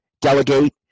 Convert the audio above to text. delegate